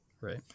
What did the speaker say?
Right